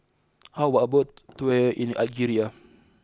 how about a boat tour in Algeria